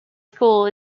school